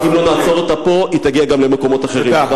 אם לא נעצור אותה פה, היא תגיע גם למקומות אחרים.